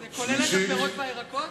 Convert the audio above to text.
זה כולל את הפירות והירקות?